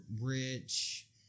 rich